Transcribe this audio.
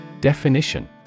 Definition